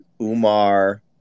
Umar